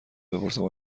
بپرسم